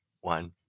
one